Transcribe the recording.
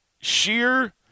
Sheer